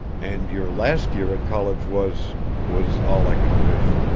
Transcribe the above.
and your last year at college was was all i could wish.